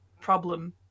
problem